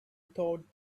thought